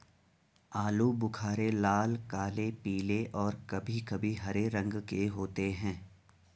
आलू बुख़ारे लाल, काले, पीले और कभी कभी हरे रंग के होते हैं